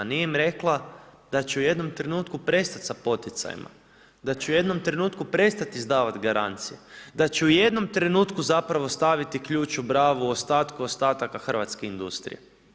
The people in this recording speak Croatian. Nije im rekla da će u jednom trenutku prestat sa poticajima, da će u jednom trenutku prestati izdavati garancije, da će u jednom trenutku zapravo staviti ključ u bravu ostatku ostataka hrvatske industrije.